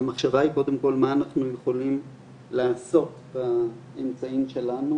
המחשבה היא קודם כל מה אנחנו יכולים לעשות באמצעים שלנו,